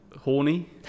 Horny